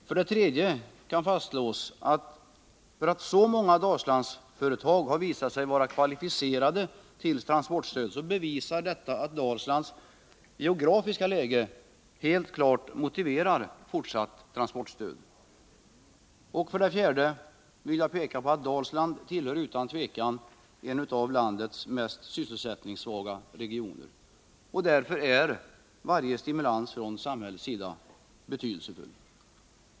För det tredje kan fastslås att det förhållandet att så många Dalslandsföretag varit kvalificerade för transportstöd visar att Dalslands geografiska läge helt klart motiverar fortsatt transportstöd. För det fjärde vill jag peka på att Dalsland utan tvivel är en av landets mest sysselsättningssvaga regioner. Därför är varje stimulans från samhällets sida betydelsefull.